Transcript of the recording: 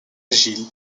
agile